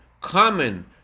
common